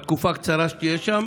בתקופה הקצרה שתהיה שם